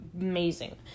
Amazing